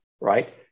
right